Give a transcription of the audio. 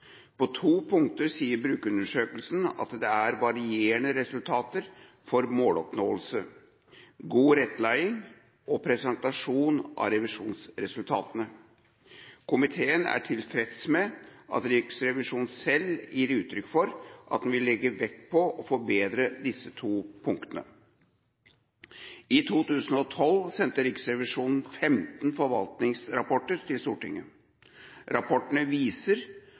På to punkter sier brukerundersøkelsene at det er varierende resultater for måloppnåelse: god rettledning og presentasjon av revisjonsresultatene. Komiteen er tilfreds med at Riksrevisjonen selv gir uttrykk for at den vil legge vekt på å forbedre disse to punktene. I 2012 sendte Riksrevisjonen 15 forvaltningsrapporter til Stortinget. Rapportene viser